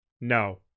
No